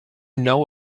know